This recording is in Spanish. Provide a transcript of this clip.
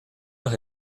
los